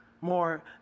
more